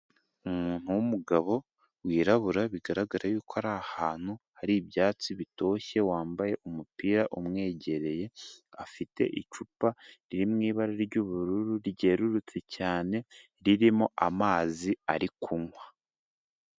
Umuntu w'umugabo, wirabura, bigaragara yuko ari ahantu hari ibyatsi bitoshye, wambaye umupira umwegereye, afite icupa riri mu ibara ry'ubururu ryerurutse cyane, ririmo amazi ari kunywa.